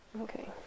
Okay